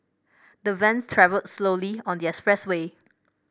the vans travelled slowly on the expressway